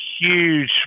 huge